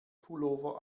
pullover